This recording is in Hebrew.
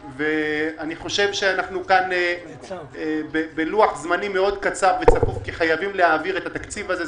אנחנו כאן בלוח זמנים מאוד קצר וצפוף כי חייבים להעביר את התקציב הזה,